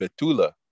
Betula